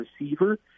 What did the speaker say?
receiver